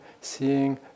seeing